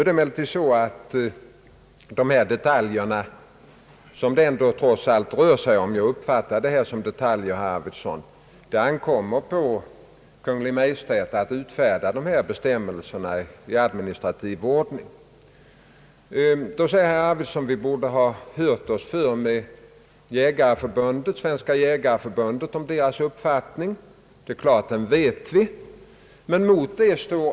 Det ligger dock så till att beträffande dessa detaljer — jag uppfattar det trots allt som detaljer, herr Arvidson — ankommer det på Kungl. Maj:t att utfärda bestämmelser i administrativ ordning. Då säger herr Arvidson att vi borde ha hört oss för om Svenska jägareförbundets uppfattning. Ja, vilken uppfattning Svenska jägareförbundet har vet vi redan, herr Arvidson.